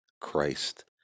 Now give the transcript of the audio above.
Christ